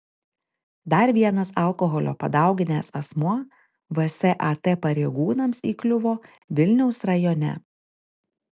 dar vienas alkoholio padauginęs asmuo vsat pareigūnams įkliuvo vilniaus rajone